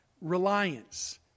reliance